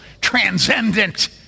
transcendent